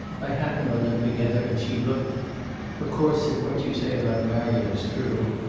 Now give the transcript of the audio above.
i happened on them together, and she looked of course, if what you say about marion is true,